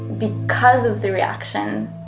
because of the reaction,